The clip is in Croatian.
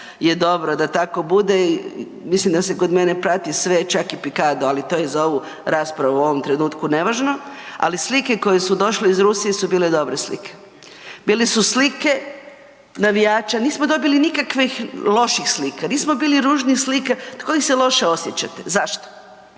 je dobro da tako bude, mislim da se kod mene prati sve čak i pikado, ali to je za ovu raspravu u ovom trenutku nevažno, ali slike koje su došle iz Rusije su bile dobre slike. Bile su slike navijača, nismo dobili nikakvih loših slika, nismo bili ružnih slika od kojih se loše osjećate. Zašto.